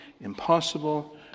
impossible